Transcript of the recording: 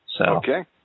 Okay